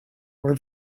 were